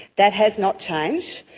that has not changed.